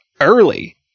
early